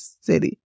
city